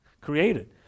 created